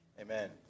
Amen